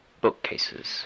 bookcases